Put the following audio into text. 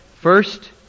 First